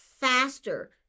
faster